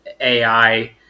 AI